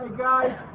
guys